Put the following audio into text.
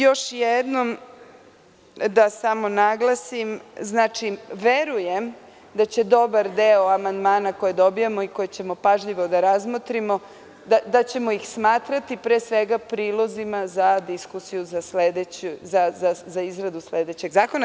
Još jednom da naglasim da verujem da će dobar deo amandmana koje dobijamo i koje ćemo pažljivo da razmotrimo, da ćemo ih smatrati pre svega prilozima za diskusiju za izradu sledećeg zakona.